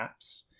apps